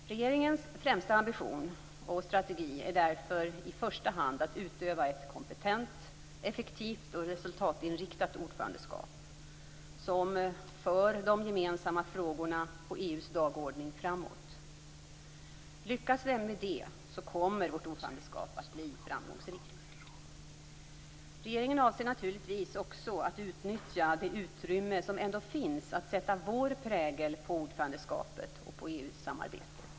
Regeringens främsta ambition och strategi är därför i första hand att utöva ett kompetent, effektivt och resultatinriktat ordförandeskap som för de gemensamma frågorna på EU:s dagordning framåt. Lyckas vi med det kommer vårt ordförandeskap att bli framgångsrikt. Regeringen avser naturligtvis också att utnyttja det utrymme som ändå finns för att sätta vår prägel på ordförandeskapet och EU-samarbetet.